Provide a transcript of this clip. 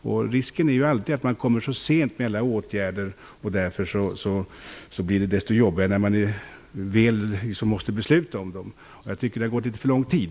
Det finns alltid en risk när åtgärderna kommer sent; det blir jobbigare att besluta om dem. Det har gått litet för lång tid.